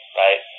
right